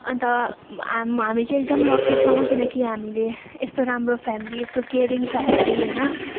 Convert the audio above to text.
अन्त हामी चाहिँ एकदम लक्की छौँ किनकि हामीले यस्तो राम्रो फेमेली यस्तो केयरिङ फेमेली होइन